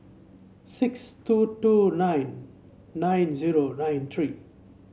six two two nine nine zero nine three